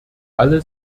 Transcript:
alle